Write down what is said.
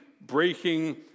breaking